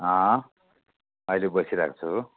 अहिले बसिरहेको छु